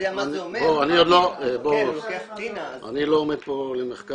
מה זה אומר --- אני לא עומד פה למחקר,